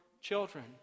children